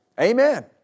Amen